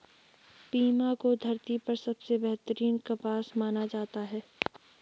Pima को धरती पर सबसे बेहतरीन कपास माना जाता है